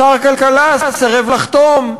שר הכלכלה סירב לחתום,